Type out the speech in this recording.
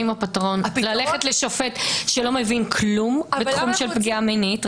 האם הפתרון ללכת לשופט שלא מבין כלום בתחום של פגיעה מינית,